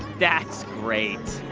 that's great.